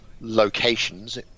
locations